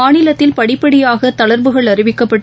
மாநிலத்தில் படிப்படியாக தளர்வுகள் அறிவிக்கப்பட்டு